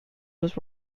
was